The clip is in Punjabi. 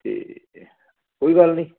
ਅਤੇ ਕੋਈ ਗੱਲ ਨਹੀਂ